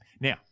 now